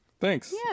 Thanks